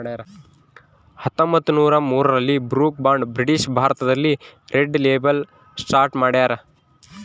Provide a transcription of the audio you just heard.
ಹತ್ತೊಂಬತ್ತುನೂರ ಮೂರರಲ್ಲಿ Brooke Bond British ಭಾರತದಲ್ಲಿ ರೆಡ್ ಲೇಬಲ್ ಅನ್ನು ಸ್ಟಾರ್ಟ್ ಮಾಡ್ಯಾರ